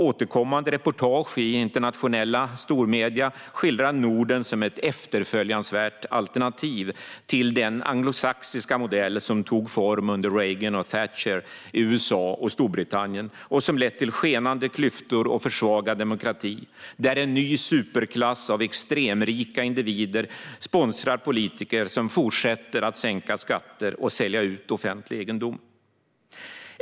Återkommande reportage i internationella stormedier skildrar Norden som ett efterföljansvärt alternativ till den anglosaxiska modell som tog form under Reagan och Thatcher i USA och Storbritannien och som lett till ökande klyftor och försvagad demokrati där en ny superklass av extremrika individer sponsrar politiker som fortsätter att sänka skatter och sälja ut offentlig egendom.